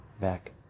back